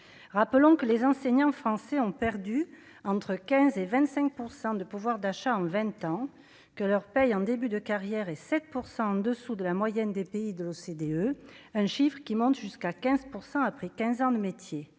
rappelons que les enseignants français ont perdu entre 15 et 25 % de pouvoir d'achat en 20 ans que leur paye en début de carrière et 7 % en dessous de la moyenne des pays de l'OCDE, un chiffre qui monte jusqu'à 15 % après 15 ans de métier